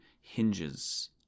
hinges